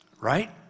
right